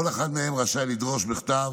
כל אחד מהם רשאי לדרוש בכתב